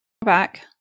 back